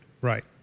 Right